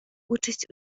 участь